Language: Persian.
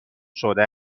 شده